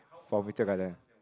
for Meteor Garden